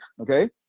Okay